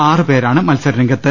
ആറ് പേരാണ് മത്സര രംഗത്ത്